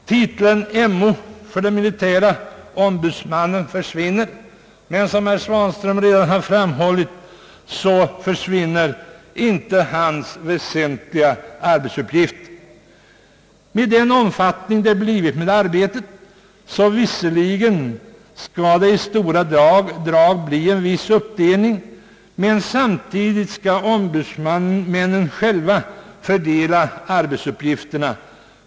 Titeln MO för den militäre ämbetsmannen försvinner, men inte hans arbetsuppgifter, vilket herr Svanström redan har framhållit. Visserligen skall det i stora drag bli en viss uppdelning av arbetet, men samtidigt skall ombudsmännen själva fördela arbetsuppgifterna.